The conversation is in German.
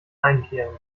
einkehren